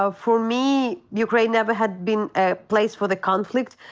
ah for me ukraine never had been a place for the conflict,